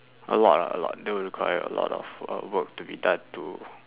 a lot ah a lot that would require a lot of uh work to be done to